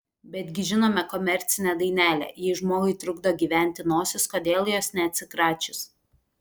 betgi žinome komercinę dainelę jei žmogui trukdo gyventi nosis kodėl jos neatsikračius